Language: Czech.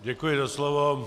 Děkuji za slovo.